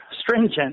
stringent